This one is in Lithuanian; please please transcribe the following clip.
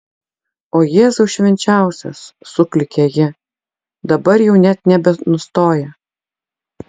o jėzau švenčiausias suklykė ji dabar jau net nebenustoja